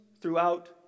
throughout